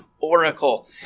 oracle